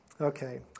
Okay